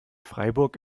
freiburg